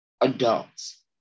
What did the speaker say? adults